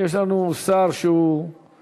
יש לנו שר שמשמש היום,